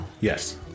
Yes